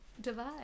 divide